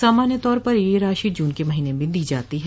सामान्य तौर पर यह राशि जून के महीने में दी जाती है